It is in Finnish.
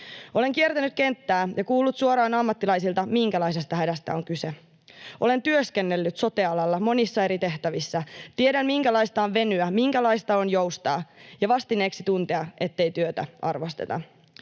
Olen kiertänyt kenttää ja kuullut suoraan ammattilaisilta, minkälaisesta hädästä on kyse. Olen työskennellyt sote-alalla monissa eri tehtävissä. Tiedän minkälaista on venyä, minkälaista on joustaa, ja vastineeksi tuntea, ettei työtä arvosteta.